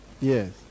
Yes